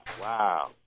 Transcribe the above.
Wow